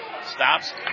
Stops